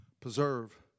preserve